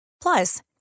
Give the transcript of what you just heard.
Plus